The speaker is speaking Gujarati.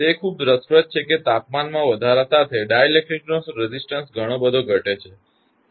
તે ખૂબ જ રસપ્રદ છે કે તાપમાનમાં વધારા સાથે ડાઇલેક્ટ્રિકનો રેઝિસ્ટન્સ ઘણો બધો ઘટે છે